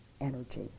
energy